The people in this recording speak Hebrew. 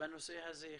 בנושא הזה.